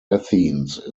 athens